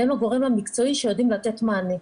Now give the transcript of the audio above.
הם הגורם המקצועי שיודע לתת מענה.